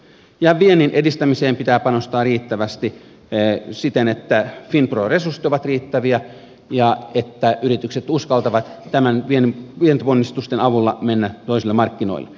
ja viennin edistämiseen pitää panostaa riittävästi siten että finpron resurssit ovat riittäviä ja että yritykset uskaltavat vientiponnistusten avulla mennä toisille markkinoille